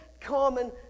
common